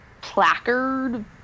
placard